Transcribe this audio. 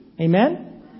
Amen